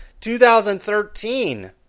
2013